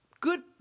Good